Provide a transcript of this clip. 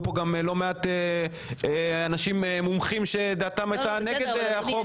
פה גם לא מעט אנשים מומחים שדעתם הייתה נגד החוק